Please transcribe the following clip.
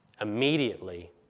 Immediately